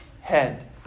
head